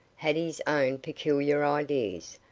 had his own peculiar ideas,